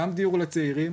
גם דיור לצעירים,